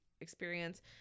experience